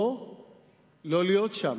או לא להיות שם,